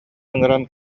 ыҥыран